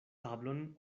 tablon